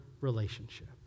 relationship